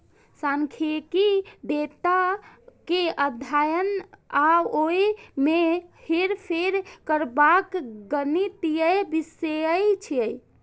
सांख्यिकी डेटा के अध्ययन आ ओय मे हेरफेर करबाक गणितीय विषय छियै